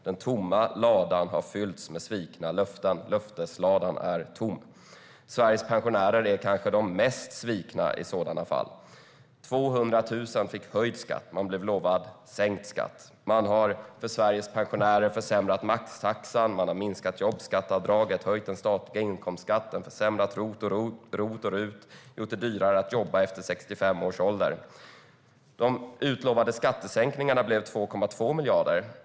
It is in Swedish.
Den tomma ladan har fyllts med svikna löften, och löftesladan är tom. Sveriges pensionärer är kanske de mest svikna i sådana fall. Det var 200 000 som fick höjd skatt. De blev lovade sänkt skatt. Man har för Sveriges pensionärer försämrat maxtaxan. Man har minskat jobbskatteavdraget, höjt den statliga inkomstskatten, försämrat ROT och RUT och gjort det dyrare att jobba efter 65 års ålder.De utlovade skattesänkningarna blev 2,2 miljarder.